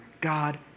God